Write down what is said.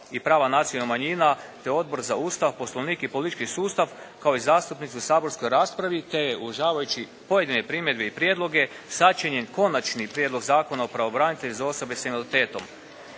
i prava nacionalnih manjina te Odbor za Ustav, Poslovnik i politički sustav kao i zastupnici u saborskoj raspravi te uvažavajući pojedine primjedbe i prijedloge sačinjen Konačni prijedlog Zakona o pravobranitelju za osobe s invaliditetom.